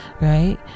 Right